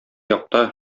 якта